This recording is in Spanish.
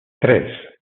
tres